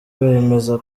bemeza